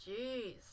Jeez